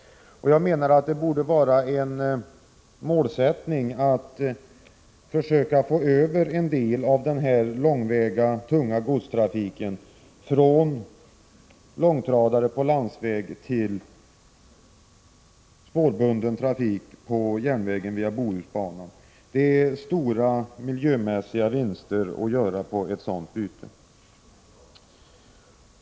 Det borde vara en målsättning att försöka få över en del av den långväga och tunga godstrafiken från långtradare på landsväg till spårbunden trafik på järnvägen via Bohusbanan. Det är stora miljömässiga vinster att göra på ett sådant byte.